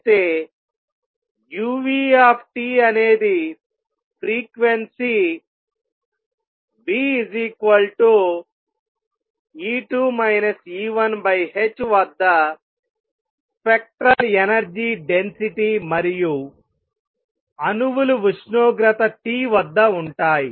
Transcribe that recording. అయితే uT అనేది frequency E2 E1h వద్ద స్పెక్ట్రల్ ఎనర్జీ డెన్సిటీ మరియు అణువుల ఉష్ణోగ్రత T వద్ద ఉంటాయి